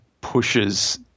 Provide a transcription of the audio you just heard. pushes